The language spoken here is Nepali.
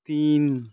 तिन